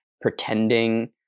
pretending